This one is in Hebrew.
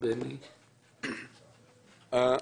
בני בגין בבקשה.